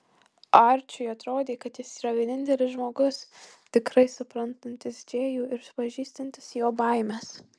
arčiui atrodė kad jis yra vienintelis žmogus tikrai suprantantis džėjų ir pažįstantis jo baimes